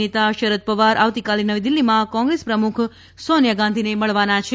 નેતા શરદ પવાર આવતીકાલે નવી દિલ્ફીમાં કોંગ્રેસ પ્રમુખ સોનિયા ગાંધીને મળવાના છે